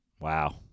Wow